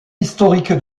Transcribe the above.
historique